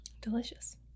delicious